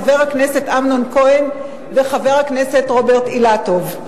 חבר הכנסת אמנון כהן וחבר הכנסת רוברט אילטוב.